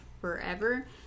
forever